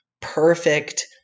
perfect